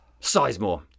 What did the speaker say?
Sizemore